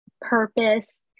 purpose